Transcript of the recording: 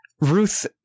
Ruth